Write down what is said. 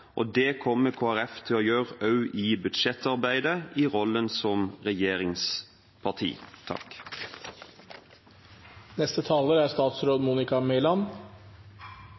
og det kommer Kristelig Folkeparti til å gjøre også i budsjettarbeidet i rollen som regjeringsparti.